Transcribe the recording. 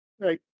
Right